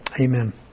Amen